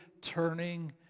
turning